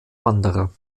wanderer